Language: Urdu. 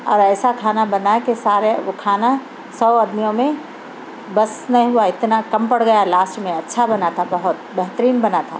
اور ایسا کھانا بنا کہ سارے وہ کھانا سو آدمیوں میں بس نہیں ہُوا اتنا کم پڑ گیا لاسٹ میں اچھا بنا تھا بہت بہترین بنا تھا